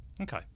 Okay